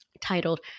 titled